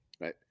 right